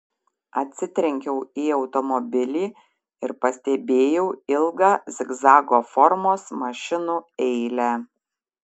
atsitrenkiau į automobilį ir pastebėjau ilgą zigzago formos mašinų eilę